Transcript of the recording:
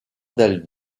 del